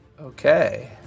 Okay